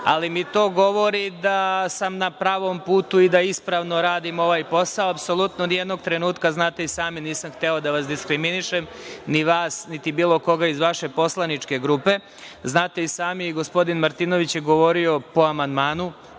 ali mi to govori da sam na pravom putu i da ispravno radim ovaj posao. Apsolutno nijednog trenutka, znate i sami, nisam hteo da vas diskriminišem, ni vas, niti bilo koga iz vaše poslaničke grupe. Znate i sami, gospodin Martinović je govorio po amandmanu.